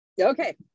okay